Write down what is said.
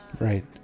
Right